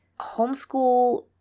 homeschool